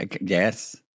Yes